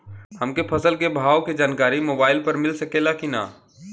हमके फसल के भाव के जानकारी मोबाइल पर मिल सकेला की ना?